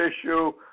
issue